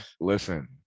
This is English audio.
Listen